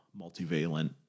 multivalent